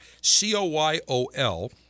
C-O-Y-O-L